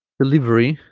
delivery